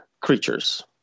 creatures